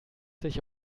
sich